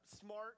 smart